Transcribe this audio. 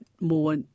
more